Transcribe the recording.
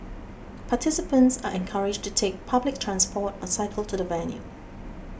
participants are encouraged to take public transport or cycle to the venue